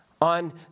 on